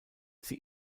sie